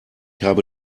habe